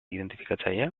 identifikatzailea